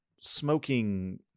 smoking